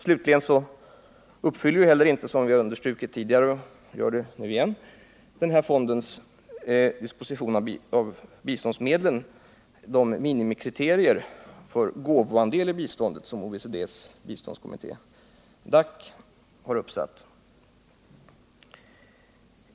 Som vi har understrukit tidigare uppfyller fondens disposition av biståndsmedlen inte de minimikrav beträffande biståndets gåvoandel som OECD:s biståndskommitté DAC har ställt upp.